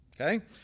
okay